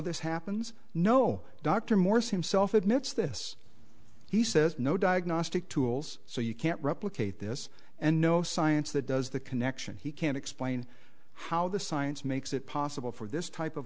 this happens no dr morse himself admits this he says no diagnostic tools so you can't replicate this and no science that does the connection he can explain how the science makes it possible for this type of